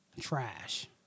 Trash